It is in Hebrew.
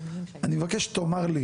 אני מקש שתאמר לי